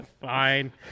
fine